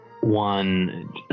one